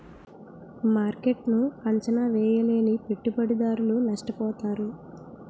మార్కెట్ను అంచనా వేయలేని పెట్టుబడిదారులు నష్టపోతారు